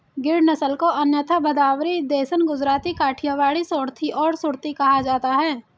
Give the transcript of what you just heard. गिर नस्ल को अन्यथा भदावरी, देसन, गुजराती, काठियावाड़ी, सोरथी और सुरती कहा जाता है